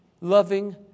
loving